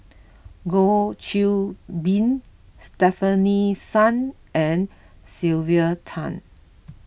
Goh Qiu Bin Stefanie Sun and Sylvia Tan